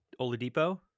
Oladipo